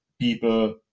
people